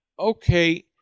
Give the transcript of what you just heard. Okay